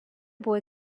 boy